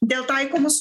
dėl taikomos